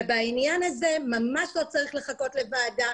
בעניין הזה ממש לא צריך לחכות לוועדה,